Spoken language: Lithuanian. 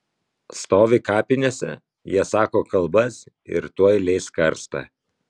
stovi kapinėse jie sako kalbas ir tuoj leis karstą